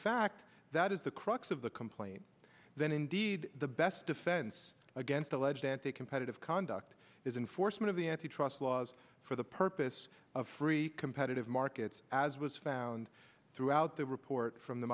fact that is the crux of the complaint then indeed the best defense against alleged anticompetitive conduct is enforcement of the antitrust laws for the purpose of free competitive markets as was found throughout the report from the